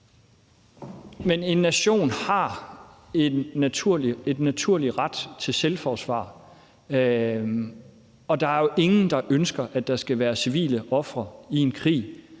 Men en nation har en naturlig ret til selvforsvar, og der er jo ingen, der ønsker, at der skal være civile ofre i en krig,